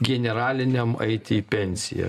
generaliniam eiti į pensiją